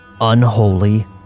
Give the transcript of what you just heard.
unholy